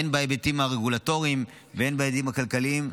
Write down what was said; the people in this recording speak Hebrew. הן בהיבטים הרגולטוריים והן בהיבטים הכלכליים,